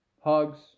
Hugs